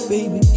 Baby